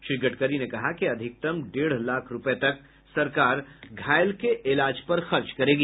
श्री गडकरी ने कहा कि अधिकतम डेढ़ लाख रूपये तक सरकार घायल के इलाज पर खर्च करेगी